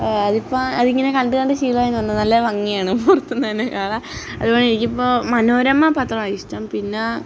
അതിപ്പോള് അതിങ്ങനെ കണ്ട് കണ്ട് ശീലമായി എന്നു തോന്നുന്നു നല്ല ഭംഗിയാണ് പുറത്തുനിന്നുതന്നെ കാണാൻ അതുപോലെ എനിക്കിപ്പോള് മനോരമ പത്രമാണിഷ്ടം പിന്നെ